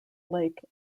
lake